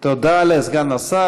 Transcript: תודה לסגן השר.